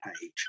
page